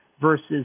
versus